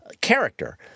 character